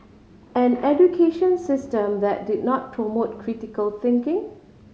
an education system that did not promote critical thinking